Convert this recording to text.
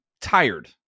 tired